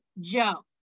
Joe